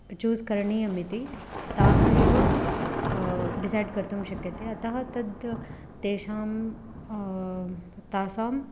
choose करणीयम् इति ताः एव डिसैड् कर्तुं शक्यते अतः तद् तेषां तासां